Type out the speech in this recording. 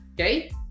okay